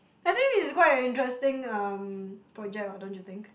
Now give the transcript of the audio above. I think this is quite an interesting um project don't you think